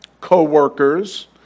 co-workers